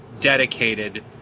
dedicated